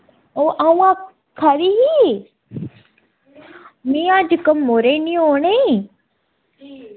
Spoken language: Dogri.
ओह् अ'ऊं आक्खा दी ही में अज्ज कम्मो र नी औने